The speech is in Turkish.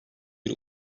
bir